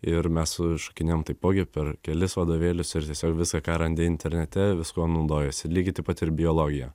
ir mes šokinėjom taipogi per kelis vadovėlius ir tiesiog visa ką randi internete viskuo naudojuosi lygiai taip pat ir biologija